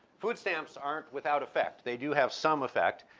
food stamps aren't without effect. they do have some effect.